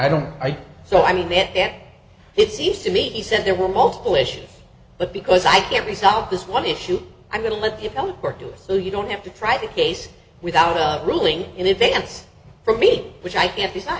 i don't so i mean it that it seems to me he said there were multiple issues but because i can't resolve this one issue i'm going to let people work do it so you don't have to try the case without a ruling in advance for me which i can't decide